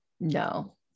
no